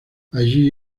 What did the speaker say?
allí